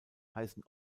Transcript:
heißen